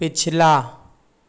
पिछला